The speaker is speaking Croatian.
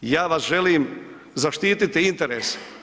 ja vaš želim zaštititi interes.